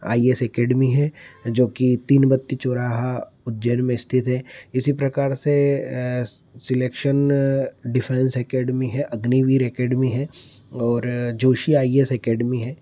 I A S academy है जो कि तीन बत्ती चौराहा उज्जैन में स्थित है इसी प्रकार से श शिलेक्शन डिफेन्स अकेडमी है अग्निवीर एकेडमी है और Joshi I A S academy है